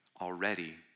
already